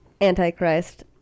Antichrist